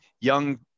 young